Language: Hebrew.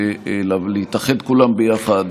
ולהתאחד כולם ביחד,